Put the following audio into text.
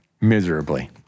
miserably